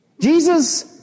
Jesus